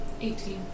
18